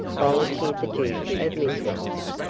volunteered the duke of mizrox.